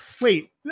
Wait